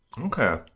Okay